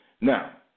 Now